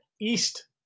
east